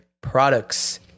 products